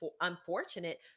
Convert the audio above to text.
unfortunate